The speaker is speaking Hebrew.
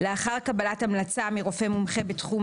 לאחר קבלת המלצה מרופא מומחה הפועל בתחום